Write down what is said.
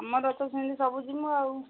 ମୋର ତ ସେମିତି ସବୁ ଯିବୁ ଆଉ